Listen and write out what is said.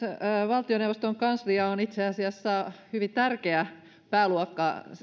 valtioneuvoston kanslia on itse asiassa hyvin tärkeä pääluokka